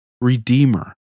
Redeemer